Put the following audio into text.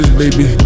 baby